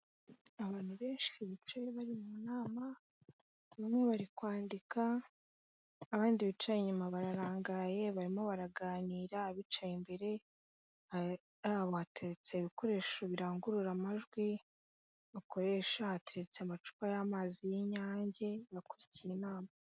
Abantu benshi bicaye bari mu nama, bamwe bari kwandika, abandi bicaye inyuma bararangaye barimo baraganira, abicaye imbere, imbere yabo hateretse ibikoresho birangurura amajwi bakoresha, hateretse amacupa y'amazi y'Inyange, bakurikiye inama.